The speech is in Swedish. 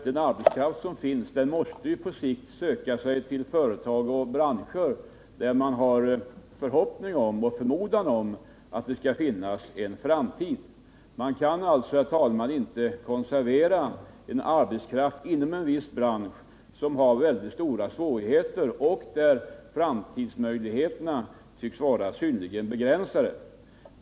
Den arbetskraft som finns måste på sikt söka sig till företag och branscher där man hyser förhoppning om att det skall finnas en framtid. Man kan alltså, herr talman, inte konservera arbetskraft inom en viss bransch som har väldigt stora svårigheter och där framtidsmöjligheterna tycks vara synnerligen begränsade.